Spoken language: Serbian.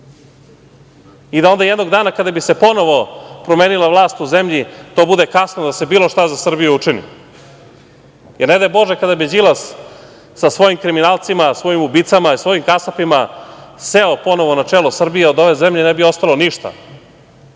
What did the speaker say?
I da onda jednog dana, kada bi se ponovo promenila vlast u zemlji, to bude kasno da se bilo šta za Srbiju učini. Ne daj Bože kada bi Đilas sa svojim kriminalcima, svojim ubicama i svojim kasapima seo ponovo na čelo Srbije, od ove zemlje ne bi ostalo ništa.